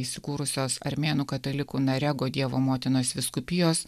įsikūrusios armėnų katalikų narego dievo motinos vyskupijos